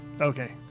Okay